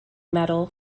metal